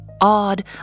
odd